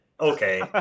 okay